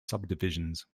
subdivisions